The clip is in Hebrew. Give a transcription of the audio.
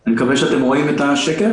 אני מקווה שאתם רואים את השקף.